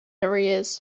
arrears